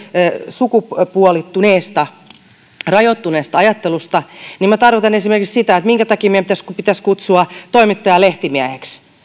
sukupuolittuneesta ja rajoittuneesta ajattelusta niin tarkoitan esimerkiksi sitä että minkä takia meidän pitäisi kutsua toimittajaa lehtimieheksi